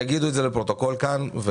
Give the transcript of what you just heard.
יגידו את זה לפרוטוקול כאן.